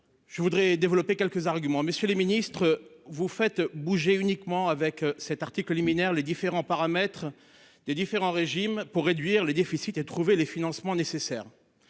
Je voudrais développer quelques arguments. Messieurs les ministres, vous faites bouger uniquement avec cet article liminaire les différents paramètres des différents régimes pour réduire les déficits et trouver les financements nécessaires.